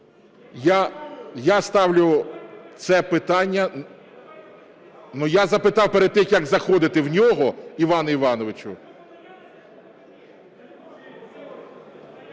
Я ставлю це питання... (Шум у залі) Я запитав перед тим, як заходити в нього, Іване Івановичу.